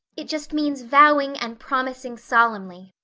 it just means vowing and promising solemnly.